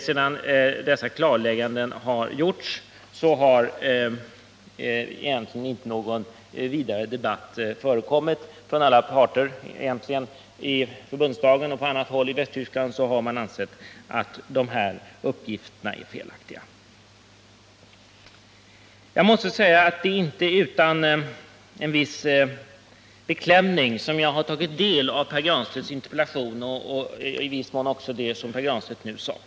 Sedan dessa klarlägganden har gjorts har någon vidare debatt egentligen inte förekommit hos någon av parterna — i förbundsdagen och på annat håll i Västtyskland har man ansett att dessa uppgifter är felaktiga. Jag måste säga att det inte är utan en viss beklämning som jag har tagit del av Pär Granstedts interpellation och i viss mån också av det som Pär Granstedt nu sade.